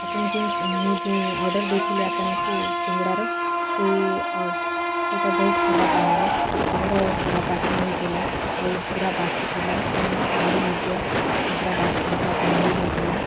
ଆପଣ ଯେଉଁ ମୁଁ ଯେଉଁ ଅର୍ଡ଼ର୍ ଦେଇଥିଲି ଆପଣଙ୍କୁ ସିଙ୍ଗଡ଼ାର ସେ ସେଇଟା ବହୁତ ଖରାପ ବାହାରିଲା ତାହାର ଖରାପ ବାସ୍ନା ହେଉଥିଲା ଆଉ ପୂରା ବାସି ଥିଲା ସେନର ଆଳୁ ମଧ୍ୟ ପୂରା ବାସ ପୂରା ଗନ୍ଧି ଯାଉଥିଲା